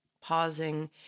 pausing